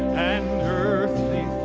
and earthly